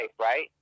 right